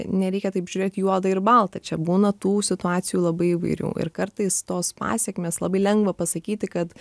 nereikia taip žiūrėti juoda ir balta čia būna tų situacijų labai įvairių ir kartais tos pasekmės labai lengva pasakyti kad